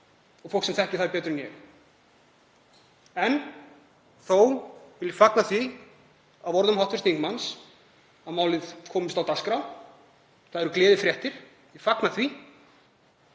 og fólk sem þekkir þær betur en ég. Þó vil ég fagna þeim orðum hv. þingmanns að málið komist á dagskrá. Það eru gleðifréttir. Ég fagna því.